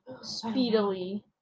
Speedily